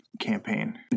campaign